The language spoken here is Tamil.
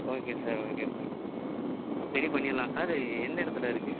okay sir okay sir ready பண்ணிடலாம் சார் எந்த இடத்துல இருக்கு